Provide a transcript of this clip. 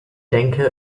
denke